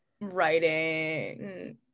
writing